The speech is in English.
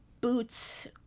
Boots